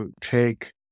take